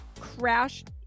crashed